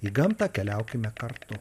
į gamtą keliaukime kartu